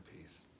peace